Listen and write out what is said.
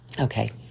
Okay